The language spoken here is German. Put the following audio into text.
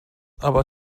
aber